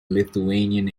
lithuanian